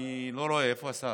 אני לא רואה איפה השר.